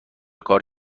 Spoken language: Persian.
کار